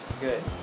good